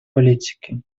политики